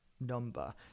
number